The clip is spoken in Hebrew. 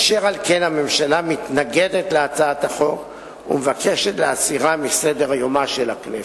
אשר על כן הממשלה מתנגדת להצעת החוק ומבקשת להסירה מסדר-יומה של הכנסת.